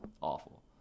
awful